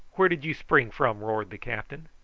where did you spring from? roared the captain.